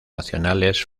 nacionales